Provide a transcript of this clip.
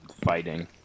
fighting